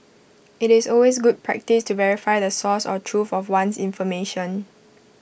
IT is always good practice to verify the source or truth of one's information